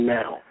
now